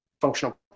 functional